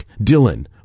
Dylan